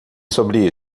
sobre